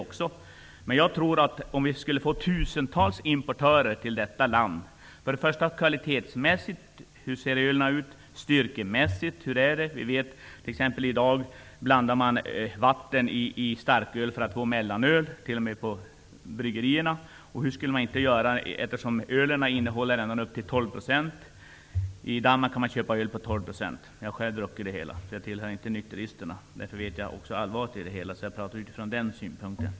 Om vi skulle få tusentals importörer i detta land reser det många frågor, både om kvaliteten och styrkan på ölet. Vi vet att man i dag blandar vatten i starköl för att få mellanöl, t.o.m. i bryggerierna. Öl innehåller ända upp till 12 % alkohol. I Danmark kan man köpa öl med 12 % alkohol. Jag har själv druckit det. Jag tillhör inte nykteristerna. Därför känner jag till allvaret i det hela. Jag pratar från den synvinkeln.